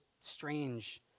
strange